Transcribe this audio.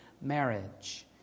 marriage